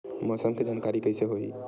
मौसम के जानकारी कइसे होही?